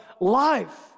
life